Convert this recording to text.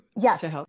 Yes